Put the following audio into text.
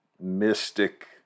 mystic